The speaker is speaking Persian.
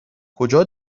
کجا